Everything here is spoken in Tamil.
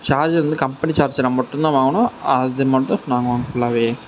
சார்ஜர்ல வந்து கம்பெனி சார்ஜரை மட்டும் தான் வாங்கணும் அது மட்டும் நாங்கள் வாங்கணும் ஃபுல்லாவே